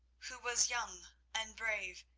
who was young and brave,